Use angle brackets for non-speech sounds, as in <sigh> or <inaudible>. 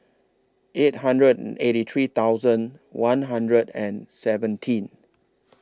eight hundred <noise> eighty three thousand one hundred and seventeen